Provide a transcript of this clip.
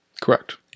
Correct